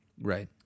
Right